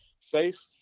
safe